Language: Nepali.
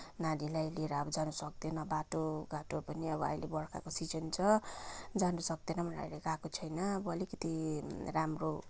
नानीलाई लिएर अब जान सक्दिनँ बाटो घाटो पनि अब अहिले वर्षाको सिजन छ जान सक्दिनँ भनेर अहिले गएको छैन अब अलिकति राम्रो